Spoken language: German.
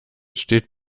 steht